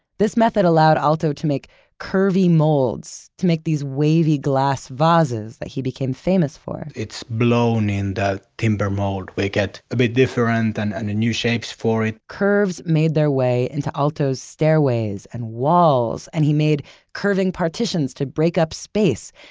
this method allowed aalto to make curvy molds, to make these wavy glass vases that he became famous for. it's blown in that timber mold, we get a bit different and and new shapes for it. curves made their way into aalto's stairways and walls, and he made curving partitions to break up space,